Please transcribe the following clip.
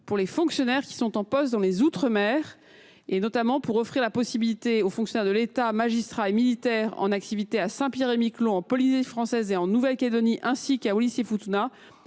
pour les fonctionnaires qui sont en poste dans les outre mer. Nous souhaitons notamment offrir la possibilité aux fonctionnaires de l’État, magistrats et militaires en activité à Saint Pierre et Miquelon, en Polynésie française et en Nouvelle Calédonie, ainsi qu’à Wallis et Futuna,